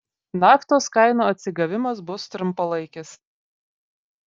naftos kainų atsigavimas bus trumpalaikis